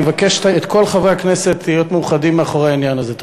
אני מבקש מכל חברי הכנסת להיות מאוחדים מאחורי העניין הזה.